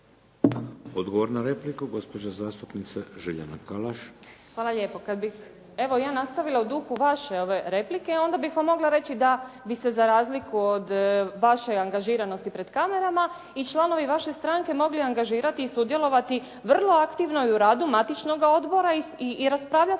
Odgovor na repliku, gospođa zastupnica Željana Kalaš. **Podrug, Željana (HDZ)** Hvala lijepo. Kada bi evo ja nastavila u duhu vaše replike, onda bih vam mogla reći da bi se za razliku od vaše angažiranosti pred kamerama i članovi vaše stranke mogli angažirati i sudjelovati vrlo aktivno i u radu matičnog odbora i raspravljati